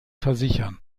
versichern